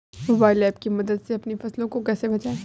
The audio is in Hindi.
मोबाइल ऐप की मदद से अपनी फसलों को कैसे बेचें?